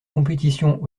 compétitions